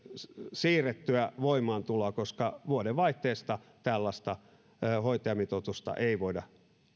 siirrettyä voimaantuloa koska vuodenvaihteesta tällaista hoitajamitoitusta ei voida